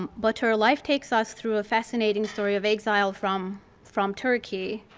um but her life takes us through a fascinating story of exile from from turkey.